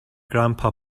grandpa